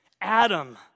Adam